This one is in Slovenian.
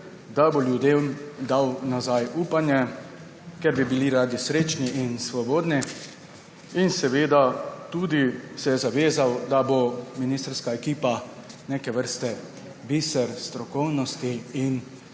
da bo ljudem dal nazaj upanje, ker bi bili radi srečni in svobodni. Seveda se je tudi zavezal, da bo ministrska ekipa neke vrste biser strokovnosti in